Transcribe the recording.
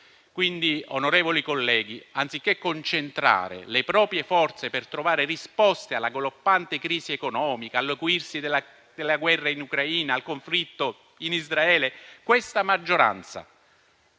PNRR. Onorevoli colleghi, anziché concentrare le proprie forze per trovare risposte alla galoppante crisi economica, all'acuirsi della guerra in Ucraina, al conflitto in Israele, questa maggioranza